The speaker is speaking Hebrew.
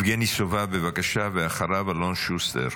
יבגני סובה, ואחריו, אלון שוסטר.